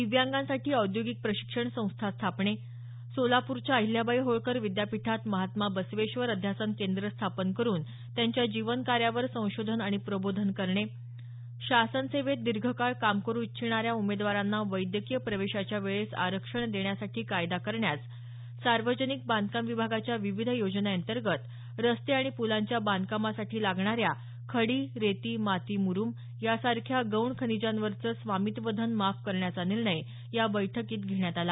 दिव्यांगांसाठी औद्योगिक प्रशिक्षण संस्था स्थापणे सोलापूरच्या अहिल्याबाई होळकर विद्यापीठात महात्मा बसवेश्वर अध्यासन केंद्र स्थापन करून त्यांच्या जीवन कार्यावर संशोधन आणि प्रबोधन करण्यास शासन सेवेत दीर्घकाळ काम करू इच्छिणाऱ्या उमेदवारांना वैद्यकीय प्रवेशाच्या वेळेस आरक्षण देण्यासाठी कायदा करण्यास सार्वजनिक बांधकाम विभागाच्या विविध योजनांतर्गत रस्ते आणि पुलांच्या बांधकामांसाठी लागणाऱ्या खडी रेती माती मुरूम यासारख्या गौण खनिजांवरचं स्वामित्वधन माफ करण्याचा निर्णय या बैठकीत घेण्यात आला